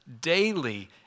daily